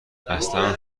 اصلن